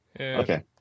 Okay